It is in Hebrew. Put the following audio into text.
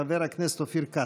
חבר הכנסת אופיר כץ.